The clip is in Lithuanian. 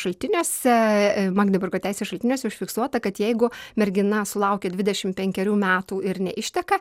šaltiniuose magdeburgo teisės šaltiniuose užfiksuota kad jeigu mergina sulaukė dvidešimt penkerių metų ir neišteka